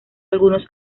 algunos